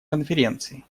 конференции